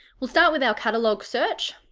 we'll start with our catalogue search.